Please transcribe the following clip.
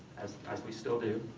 as as we still do.